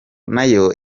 nayo